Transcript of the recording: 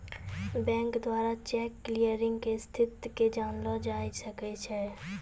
bank द्वारा cheque clearing के स्थिति के जानलो जाय सकै छै